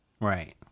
right